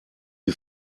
die